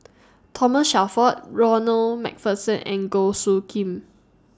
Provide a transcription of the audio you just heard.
Thomas Shelford Ronald MacPherson and Goh Soo Khim